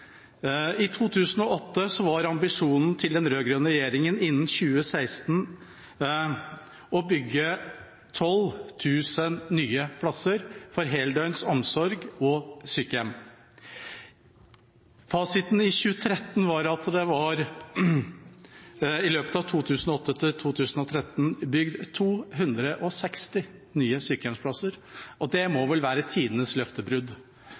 I 2008 var ambisjonen til den rød-grønne regjeringa innen 2016 å bygge 12 000 nye heldøgns omsorgs- og sykehjemsplasser. Fasiten i 2013 var at det i løpet av 2008–2013 var bygd 260 nye sykehjemsplasser. Det må vel være tidenes løftebrudd.